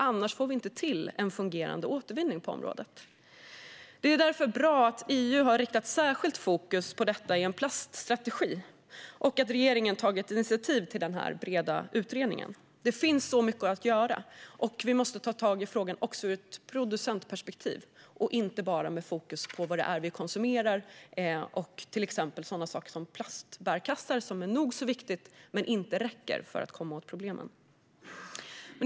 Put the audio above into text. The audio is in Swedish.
Annars får vi inte till en fungerande återvinning på området. Därför är det bra att EU har riktat särskilt fokus mot detta i en plaststrategi och att regeringen tagit initiativ till den här breda utredningen. Det finns mycket att göra, och vi måste ta tag i frågan också ur ett producentperspektiv och inte bara med fokus på vad det är vi konsumerar och sådana saker som plastbärkassar, vilket är nog så viktigt men inte räcker för att komma åt problemen.